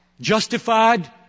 Justified